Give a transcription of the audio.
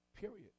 Period